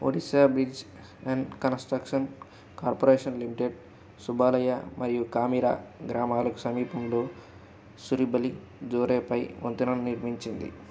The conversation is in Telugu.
Odisha bridge and construction corporation limited Subalaya మరియు కామీరా గ్రామాలకు సమీపంలో సురుబలి జోరే పై వంతెనను నిర్మించింది